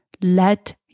Let